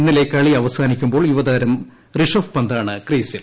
ഇന്നലെ കളി അവസാനിക്കുമ്പോൾ യുവതാരം റിഷഫ് പന്താണ് ക്രീസിൽ